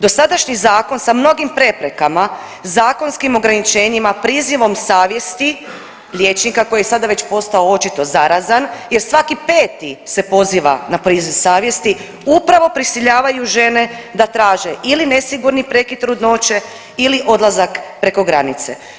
Dosadašnji zakon sa mnogim preprekama, zakonskim ograničenjima, prizivom savjesti liječnika koji je sada već postao očito zarazan jer svaki peti se poziva na priziv savjesti upravo prisiljavaju žene da traže ili nesigurni prekid trudnoće ili odlazak preko granice.